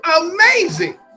amazing